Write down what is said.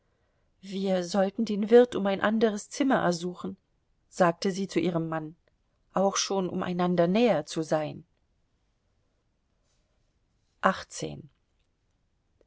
wir sollten den wirt um ein anderes zimmer ersuchen sagte sie zu ihrem mann auch schon um einander näher zu sein